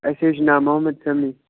اَسہِ حظ چھُ ناو محمد سمی